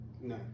No